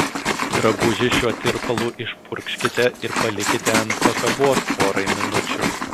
drabužį šiuo tirpalu išpurkškite ir palikite ant pakabos porai minučių